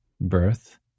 birth